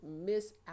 miss